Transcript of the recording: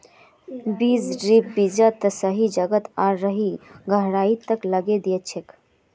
बीज ड्रिल बीजक सही जगह आर सही गहराईत लगैं दिछेक